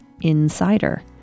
INSIDER